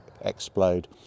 explode